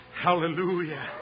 Hallelujah